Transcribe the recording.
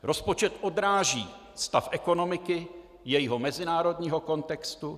Rozpočet odráží stav ekonomiky, jejího mezinárodního kontextu.